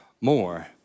more